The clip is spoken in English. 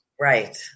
Right